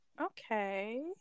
Okay